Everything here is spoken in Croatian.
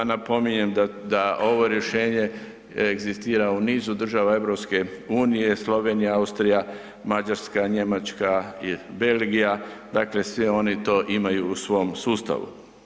Napominjem da ovo rješenje egzistira u nizu država EU, Slovenija, Austrija, Mađarska, Njemačka i Belgija, dakle sve oni to imaju u svom sustavu.